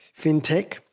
fintech